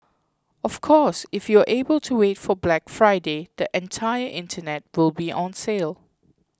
of course if you are able to wait for Black Friday the entire internet will be on sale